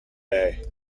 day